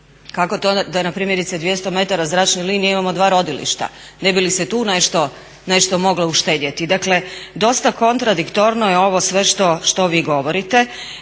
Kako to da na primjerice 200 metara zračne linije imamo dva rodilišta? Ne bi li se tu nešto moglo uštedjeti. Dakle, dosta kontradiktorno je ovo sve što vi govorite